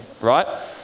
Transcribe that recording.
right